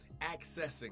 accessing